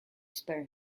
spare